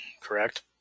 correct